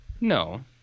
no